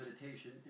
meditation